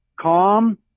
calm